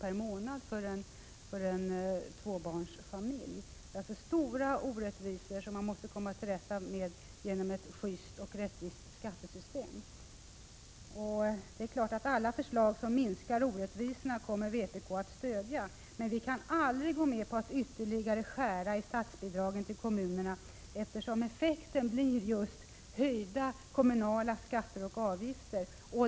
i månaden mellan den dyraste och billigaste kommunen. Det är alltså stora orättvisor, som det gäller att komma till rätta med genom ett just och rättvist skattesystem. Vpk kommer givetvis att stödja alla förslag som minskar orättvisorna. Men vi kan aldrig gå med på att skära ytterligare i statsbidragen till kommunerna, eftersom effekten blir just höjda kommunala skatter och avgifter.